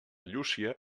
llúcia